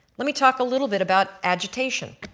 let me talk a little bit about agitation,